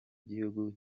gihugu